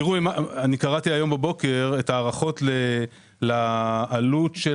קראתי היום בבוקר הערכות לגבי העלות של